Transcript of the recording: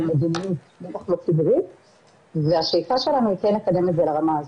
מדיניות והשאיפה שלנו היא כן לקדם את זה לרמה הזאת,